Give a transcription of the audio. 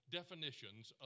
definitions